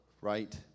right